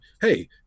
hey